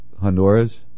Honduras